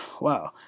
wow